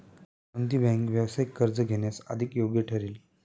कोणती बँक व्यावसायिक कर्ज घेण्यास अधिक योग्य ठरेल?